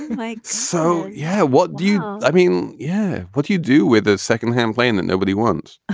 like, so yeah. what do you mean? yeah. what do you do with a second hand plane that nobody wants?